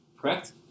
Correct